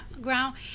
ground